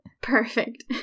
Perfect